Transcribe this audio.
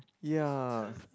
ya